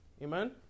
Amen